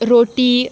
रोटी